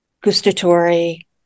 gustatory